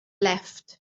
left